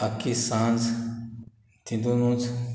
आख्खी सांज तितुंनूच